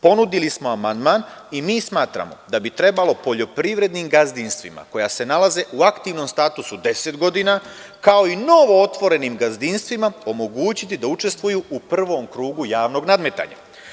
Ponudili smo amandman i mi smatramo da bi trebalo poljoprivrednim gazdinstvima koja se nalaze u aktivnom statusu 10 godina, kao i novootvorenim gazdinstvima omogućiti da učestvuju u prvom krugu javnog nadmetanja.